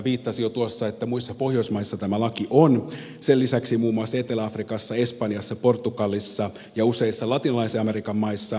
viittasin jo tuossa että muissa pohjoismaissa tämä laki on sen lisäksi muun muassa etelä afrikassa espanjassa portugalissa ja useissa latinalaisen amerikan maissa